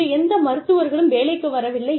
இன்று எந்த மருத்துவர்களும் வேலைக்கு வரவில்லை